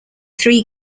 three